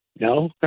No